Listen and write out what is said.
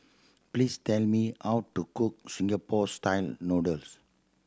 please tell me how to cook Singapore Style Noodles